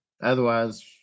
Otherwise